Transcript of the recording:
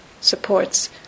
Supports